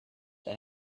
that